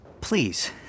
Please